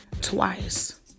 twice